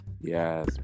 yes